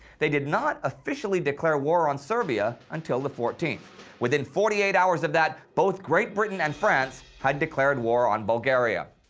they did not officially declare war on serbia until the fourteenth within forty eight hours of that, both great britain and france had declared war on bulgaria.